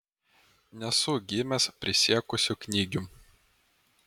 nesu gimęs prisiekusiu knygium